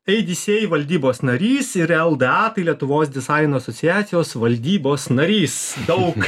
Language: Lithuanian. eidisiei valdybos narys ir elda tai lietuvos dizaino asociacijos valdybos narys daug